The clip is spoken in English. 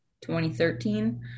2013